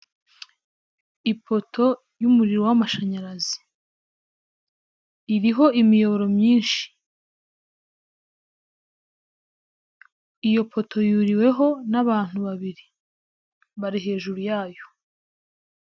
Ipoto y'umushanyarazi, iriho imiyoboro myinshi, iyo poto yuriwe n'abantu babiri, bari hejuru yayo.